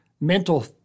mental